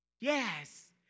Yes